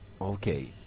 Okay